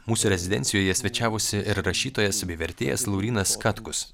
mūsų rezidencijoje svečiavosi ir rašytojas bei vertėjas laurynas katkus